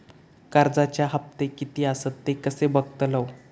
कर्जच्या हप्ते किती आसत ते कसे बगतलव?